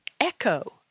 echo